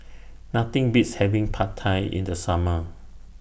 Nothing Beats having Pad Thai in The Summer